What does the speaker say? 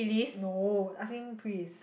no asking Pris